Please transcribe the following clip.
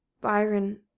Byron